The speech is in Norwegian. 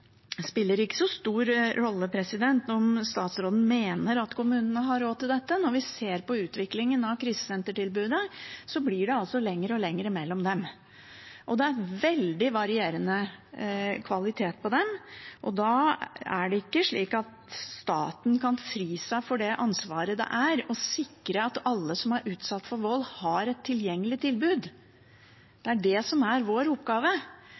spiller ikke så stor rolle om statsråden mener at kommunene har råd til dette. Når vi ser på utviklingen av krisesentertilbudet, blir det altså lenger og lenger mellom dem, og det er veldig varierende kvalitet på dem. Da er det ikke slik at staten kan fri seg fra det ansvaret det er å sikre at alle som er utsatt for vold, har et tilgjengelig tilbud. Det er det som er vår oppgave,